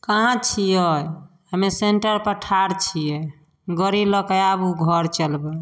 कहाँ छियै हमे सेन्टर पर ठार छियै गड़ी लऽ कऽ आबू घर चलबै